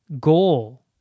goal